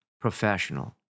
professional